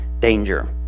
danger